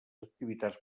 activitats